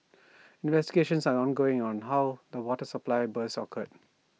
investigations are ongoing on how the water supply burst occurred